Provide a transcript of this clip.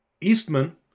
Eastman